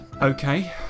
Okay